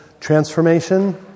transformation